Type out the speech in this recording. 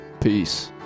Peace